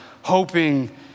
hoping